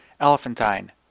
Elephantine